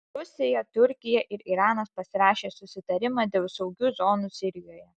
rusija turkija ir iranas pasirašė susitarimą dėl saugių zonų sirijoje